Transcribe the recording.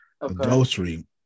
Adultery